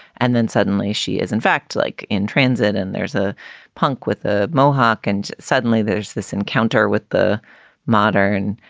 and then suddenly she is, in fact, like in transit and there's a punk with a mohawk. and suddenly there's this encounter with the modern.